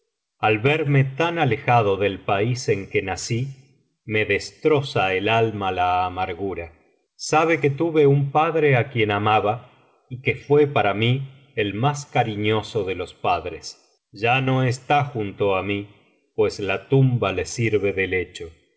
al verme tan alejado del país en que nací me destroza el alma la amargura sabe que tuve un padre á quien amaba y que fué para mi el más cariñoso de los padres ya no está junto á m pues la tamba le sirve de lecho